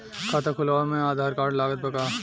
खाता खुलावे म आधार कार्ड लागत बा का?